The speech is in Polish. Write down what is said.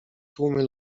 tłumy